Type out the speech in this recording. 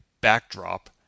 backdrop